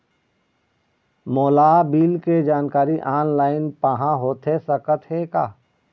मोला बिल के जानकारी ऑनलाइन पाहां होथे सकत हे का?